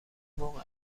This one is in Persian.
موقع